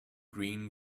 green